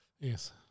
Yes